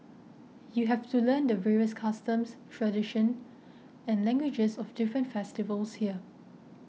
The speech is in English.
you have to learn the various customs tradition and languages of different festivals here